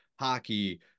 hockey